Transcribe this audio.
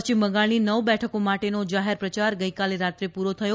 પશ્ચિમ બંગાળની નવ બેઠકો માટેનો જાહેર પ્રચાર ગઇકાલે રાત્રે પૂરો થયો